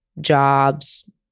jobs